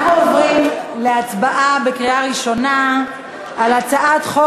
אנחנו עוברים להצבעה בקריאה ראשונה על הצעת חוק